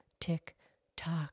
tick-tock